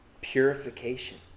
purification